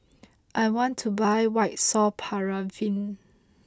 I want to buy White Soft Paraffin